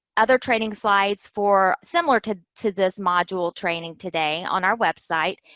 other training slides for similar to to this module training today on our website.